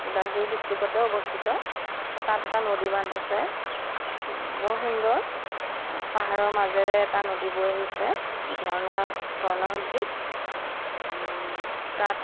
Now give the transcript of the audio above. ওদালগুৰি ডিষ্ট্ৰিকতে অৱস্থিত তাত এটা নদী বান্ধ আছে বৰ সুন্দৰ পাহাৰৰ মাজেৰে এটা নদী বৈ আহিছে ঝৰ্ণা ঝৰ্ণা সদৃশ তাত